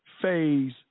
phase